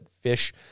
fish